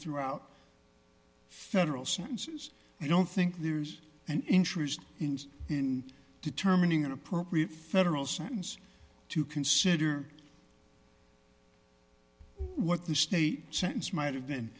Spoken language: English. throughout federal sentences i don't think there's an interest in determining an appropriate federal sentence to consider what the state sentence might have been